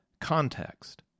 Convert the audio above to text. context